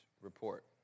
report